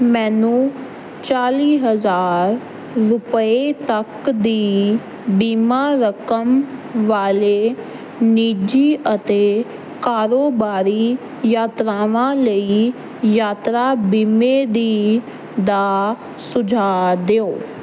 ਮੈਨੂੰ ਚਾਲ੍ਹੀ ਹਜ਼ਾਰ ਰੁਪਏ ਤੱਕ ਦੀ ਬੀਮਾ ਰਕਮ ਵਾਲੇ ਨਿੱਜੀ ਅਤੇ ਕਾਰੋਬਾਰੀ ਯਾਤਰਾਵਾਂ ਲਈ ਯਾਤਰਾ ਬੀਮੇ ਦੀ ਦਾ ਸੁਝਾਅ ਦਿਓ